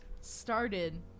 started